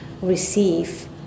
receive